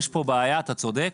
יש כאן בעיה, אתה צודק.